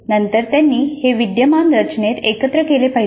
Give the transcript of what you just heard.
नंतर त्यांनी हे विद्यमान रचनेत एकत्र केले पाहिजे